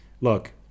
look